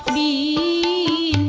e